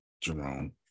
Jerome